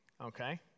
Okay